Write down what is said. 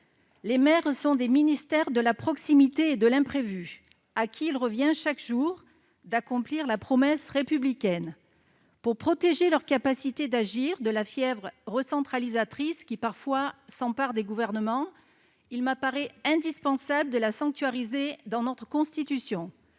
les maires sont des ministères de la proximité et de l'imprévu, à qui il revient chaque jour d'accomplir la promesse républicaine. Pour protéger leur capacité d'agir de la fièvre recentralisatrice qui parfois s'empare des gouvernements, il m'apparaît indispensable de la sanctuariser dans notre Constitution.